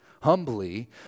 humbly